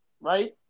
right